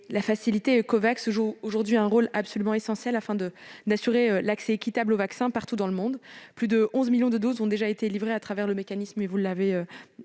La Facilité Covax joue aujourd'hui un rôle absolument essentiel afin d'assurer l'accès équitable aux vaccins partout dans le monde. Plus de 11 millions de doses ont déjà été livrées à travers ce mécanisme, notamment dans